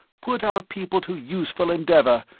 put our people to useful endeavor,